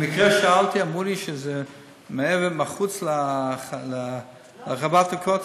במקרה שאלתי ואמרו לי שזה מחוץ לרחבת הכותל.